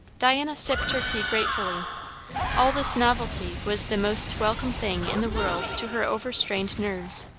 diana sipped her tea gratefully all this novelty was the most welcome thing in the world to her overstrained nerves.